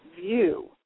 view